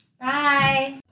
Bye